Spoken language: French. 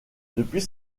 depuis